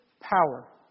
power